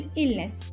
illness